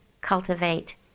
cultivate